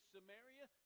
Samaria